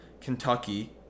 Kentucky